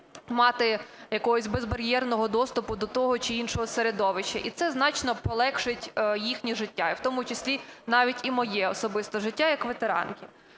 мати якогось безбар'єрного доступу до того чи іншого середовища, і це значно полегшить їхнє життя, і в тому числі навіть і моє особисто життя як ветеранки.